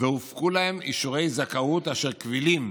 והופקו להם אישורי זכאות שהם קבילים